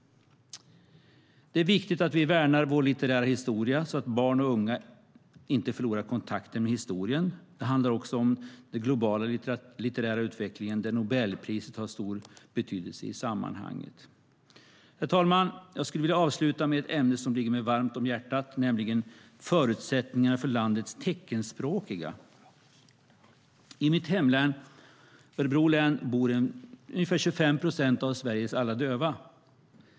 Det är viktigt att vi värnar vår litterära historia så att barn och unga inte förlorar kontakten med historien. Det handlar också om den globala litterära utvecklingen, där Nobelpriset har stor betydelse i sammanhanget. Herr talman! Jag skulle vilja avsluta med ett ämne som ligger mig varmt om hjärtat, nämligen förutsättningar för landets teckenspråkiga. I mitt hemlän, Örebro län, bor ungefär 25 procent av Sveriges alla döva.